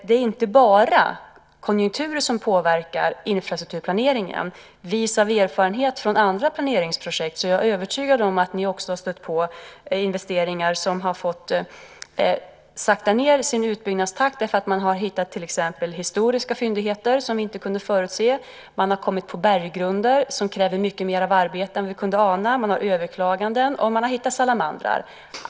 Det är inte bara konjunkturer som påverkar infrastrukturplaneringen. Vis av erfarenhet från andra planeringsprojekt är jag övertygad om att ni också har stött på investeringar där utbyggnadstakten har fått saktas ned därför att man har hittat till exempel historiska fyndigheter som vi inte kunde förutse. Man har kommit på berggrunder som kräver mycket mer arbete än vi kunde ana. Man har överklaganden, och man har hittat salamandrar.